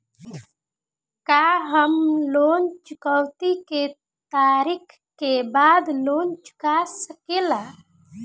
का हम लोन चुकौती के तारीख के बाद लोन चूका सकेला?